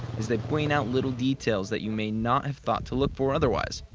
as they point out little details that you may not have thought to look for otherwise.